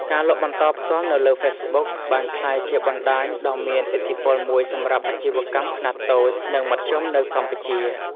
ការលក់បន្តផ្ទាល់នៅលើ Facebook បានក្លាយជាបណ្តាញដ៏មានឥទ្ធិពលមួយសម្រាប់អាជីវកម្មខ្នាតតូច និងមធ្យមនៅកម្ពុជា។